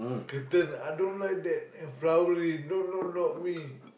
curtain I don't like that and flowery no no not me